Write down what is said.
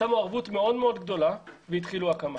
שמו ערבות מאוד גדולה והתחילו בהקמה.